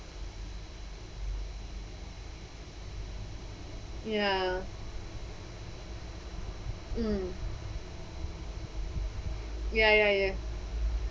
ya (m) ya ya ya